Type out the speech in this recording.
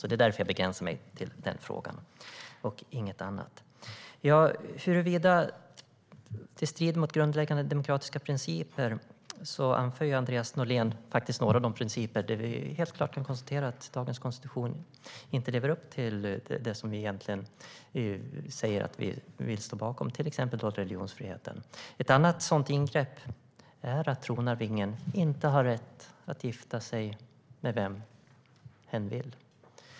Det är därför jag begränsar mig till den frågan. Ett annat sådant ingrepp är att tronarvingen inte har rätt att gifta sig med vem hen vill.